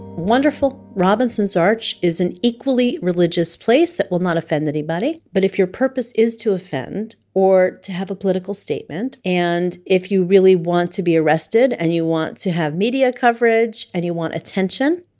wonderful. robinson's arch is an equally religious place that will not offend anybody. but if you purpose is to offend, or to have a political statement, and if you really want to be arrested and you want to have media coverage and you want attention,